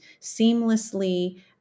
seamlessly